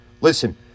Listen